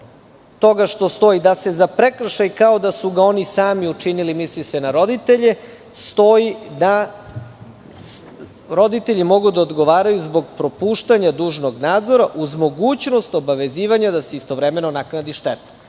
toga što stoji da se za prekršaj, kao da su ga oni sami učinili, misli se na roditelje, stoji da roditelji mogu da odgovaraju zbog propuštanja dužnog nadzora, uz mogućnost obavezivanja da se istovremeno naknadi šteta.